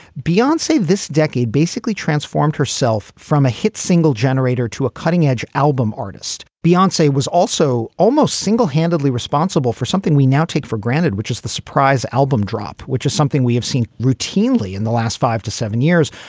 beyonce say this decade basically transformed herself from a hit single generator to a cutting edge album artist beyonce. she was also almost single handedly responsible for something we now take for granted, which is the surprise album drop, which is something we have seen routinely in the last five to seven years.